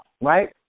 right